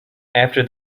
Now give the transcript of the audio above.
after